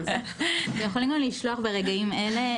050-6290758. אתם יכולים לשלוח ברגעים אלה.